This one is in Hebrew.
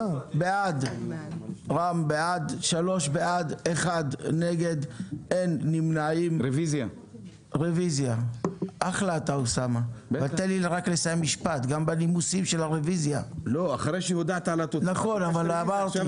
בעד- 3 נגד- 1 נמנעים - אין ההחלטה על מיזוג החוקים נתקבלה.